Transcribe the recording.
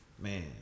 man